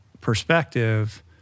perspective